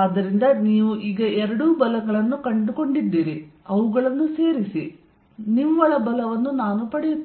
ಆದ್ದರಿಂದ ನೀವು ಈಗ ಎರಡೂ ಬಲಗಳನ್ನು ಕಂಡುಕೊಂಡಿದ್ದೀರಿ ಅವುಗಳನ್ನು ಸೇರಿಸಿ ಮತ್ತು ನಾನು ನಿವ್ವಳ ಬಲವನ್ನು ಪಡೆಯುತ್ತೇನೆ